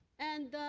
and,